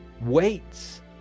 waits